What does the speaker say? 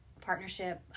partnership